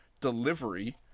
delivery